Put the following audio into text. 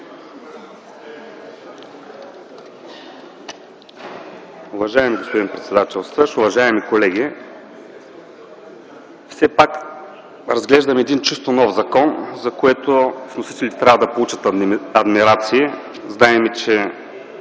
Уважаеми господин председател, уважаеми колеги! Разглеждаме един чисто нов закон, за което вносителите трябва да получат адмирации. Знаем, че